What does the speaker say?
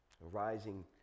Rising